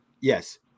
Yes